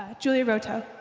ah julie roto.